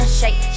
shake